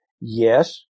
Yes